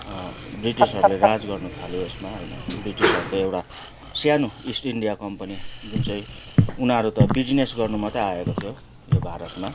ब्रिटिसहरूले राज गर्नु थाले यसमा होइन ब्रिटिसहरू त एउटा सानो इस्ट इन्डिया कम्पनी जुन चाहिँ उनीहरू त बिजिनेस गर्नु मात्रै आएको थियो यो भारतमा